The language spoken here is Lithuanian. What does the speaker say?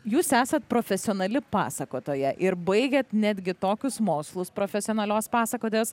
jūs esat profesionali pasakotoja ir baigėt netgi tokius mokslus profesionalios pasakotojas